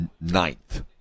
ninth